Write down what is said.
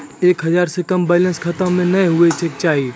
एक हजार से कम बैलेंस खाता मे नैय होय के चाही